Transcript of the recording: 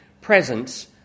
presence